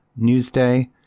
Newsday